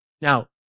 Now